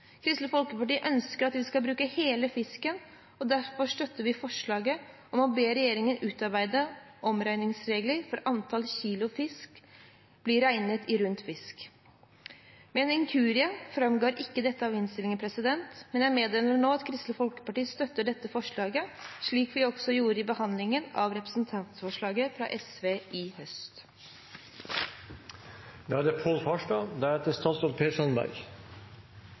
Kristelig Folkeparti ønsker at vi skal bruke hele fisken, og derfor støtter vi forslaget om å be regjeringen utarbeide omregningsregler slik at antall kilo blir regnet i rund fisk. Ved en inkurie framgår ikke dette av innstillingen, men jeg meddeler nå at Kristelig Folkeparti støtter dette forslaget, slik vi også gjorde i behandlingen av representantforslaget fra SV i høst. Jeg vil vise til en samlet komité, som peker på at turistfisket er relativt svakt regulert i dag. Det